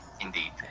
indeed